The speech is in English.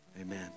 Amen